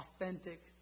authentic